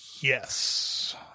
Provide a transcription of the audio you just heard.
Yes